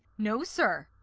no, sir.